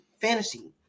fantasy